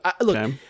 look